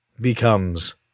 becomes